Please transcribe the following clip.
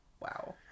Wow